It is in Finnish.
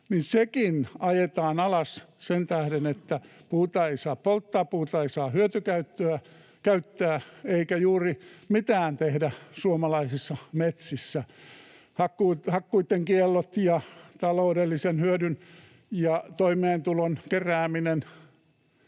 korostaa, ajetaan alas sen tähden, että puuta ei saa polttaa, puuta ei saa hyötykäyttää eikä juuri mitään tehdä suomalaisissa metsissä. Hakkuiden kiellot ja taloudellisen hyödyn ja toimeentulon kerääminen